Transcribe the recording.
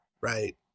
right